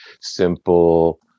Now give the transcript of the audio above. simple